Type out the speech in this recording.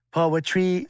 Poetry